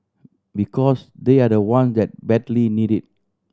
because they are the one that badly need it